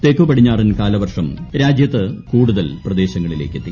തെക്കു പടിഞ്ഞാറൻ കാലവർഷം രാജ്യത്ത് കൂടുതൽ പ്രദേശങ്ങളിലേക്കെത്തി